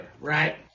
right